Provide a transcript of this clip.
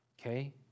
okay